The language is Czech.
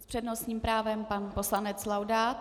S přednostním právem pan poslanec Laudát.